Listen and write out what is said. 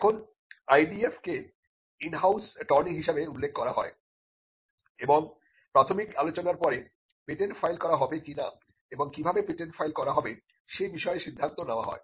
এখন IDF কে in house attorney হিসেবে উল্লেখ করা হয় এবং প্রাথমিক আলোচনার পরে পেটেন্ট ফাইল করা হবে কিনা এবং কিভাবে পেটেন্ট ফাইল করা হবে সে বিষয়ে সিদ্ধান্ত নেওয়া হয়